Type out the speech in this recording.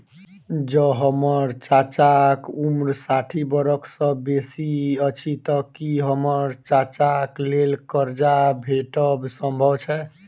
जँ हम्मर चाचाक उम्र साठि बरख सँ बेसी अछि तऽ की हम्मर चाचाक लेल करजा भेटब संभव छै?